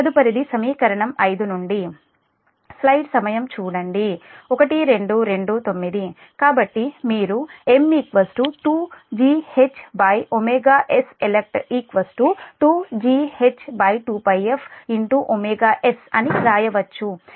తదుపరిది సమీకరణం 5 నుండి కాబట్టి మీరు M 2GHs elect 2GH2Πf s అని వ్రాయవచ్చు వాస్తవానికి s 2Πf